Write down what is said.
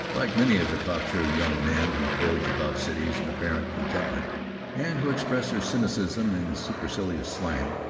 like many of the cocksure young men who forage about cities in apparent contentment and who express their cynicism in supercilious slang,